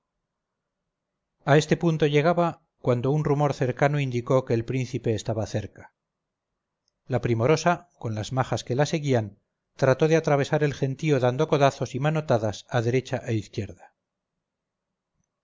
a este punto llegaba cuando un rumor cercano indicó que el príncipe estaba cerca la primorosa con las majas que la seguían trató de atravesar el gentío dando codazos y manotadas a derecha e izquierda